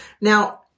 now